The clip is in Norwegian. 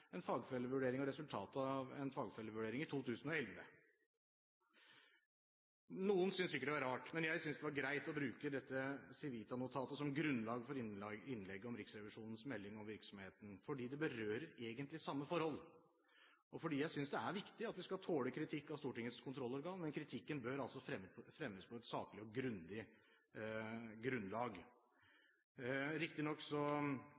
en fagfellevurdering og resultatet av en fagfellevurdering i 2011. Noen synes sikkert det er rart, men jeg syntes det var greit å bruke dette Civita-notatet som grunnlag for innlegget om Riksrevisjonens melding om virksomheten, fordi det berører egentlig samme forhold, og fordi jeg synes det er viktig at vi skal tåle kritikk av Stortingets kontrollorgan, men kritikken bør altså fremmes på et saklig og grundig